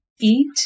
eat